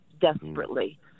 desperately